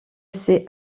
ses